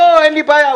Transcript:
אין לי בעיה,